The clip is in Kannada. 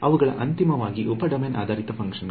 ಅವುಗಳು ಅಂತಿಮವಾಗಿ ಉಪ ಡೊಮೇನ್ ಆಧಾರಿತ ಫಂಕ್ಷನ್ ಗಳು